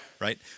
Right